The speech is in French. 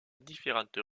différentes